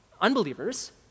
unbelievers